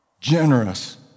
generous